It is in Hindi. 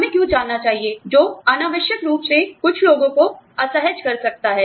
हमें क्यों जानना चाहिए जो अनावश्यक रूप से कुछ लोगों को असहज कर सकता है